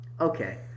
Okay